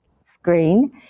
screen